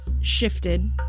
shifted